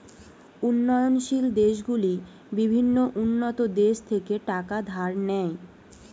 উন্নয়নশীল দেশগুলি বিভিন্ন উন্নত দেশ থেকে টাকা ধার নেয়